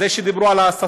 אז זה שדיברו על ההסתה,